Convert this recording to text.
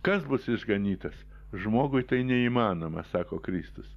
kas bus išganytas žmogui tai neįmanoma sako kristus